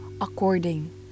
according